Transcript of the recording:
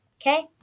Okay